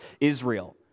Israel